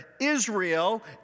Israel